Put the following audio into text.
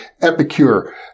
epicure